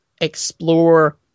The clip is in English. explore